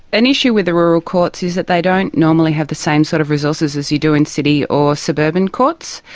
an issue with the rural courts is that they don't normally have the same sort of resources as you do in city or suburban courts,